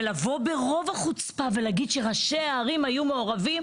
ולבוא ברוב החוצפה ולהגיד שראשי הערים היו מעורבים,